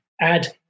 add